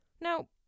Now